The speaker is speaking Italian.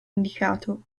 indicato